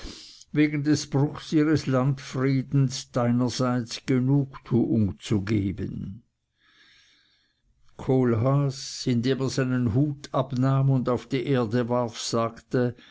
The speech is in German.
wegen des bruchs ihres landfriedens deiner seits genugtuung zu geben kohlhaas indem er seinen hut abnahm und auf die erde warf sagte